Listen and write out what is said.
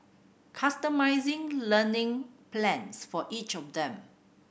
customising learning plans for each of them